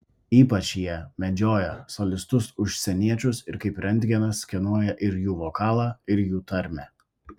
ypač jie medžioja solistus užsieniečius ir kaip rentgenas skenuoja ir jų vokalą ir jų tarmę